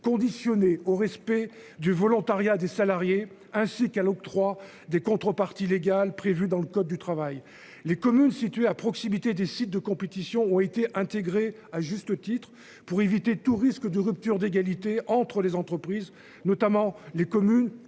conditionné au respect du volontariat des salariés, ainsi qu'à l'octroi des contreparties légal prévue dans le code du travail. Les communes situées à proximité des sites de compétition ont été intégrés à juste titre pour éviter tout risque de rupture d'égalité entre les entreprises, notamment les communes